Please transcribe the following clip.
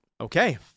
Okay